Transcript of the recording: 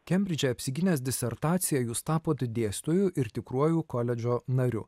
kembridže apsigynęs disertaciją jūs tapot dėstytoju ir tikruoju koledžo nariu